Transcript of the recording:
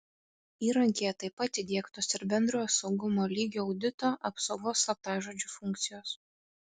įrankyje taip pat įdiegtos ir bendrojo saugumo lygio audito apsaugos slaptažodžiu funkcijos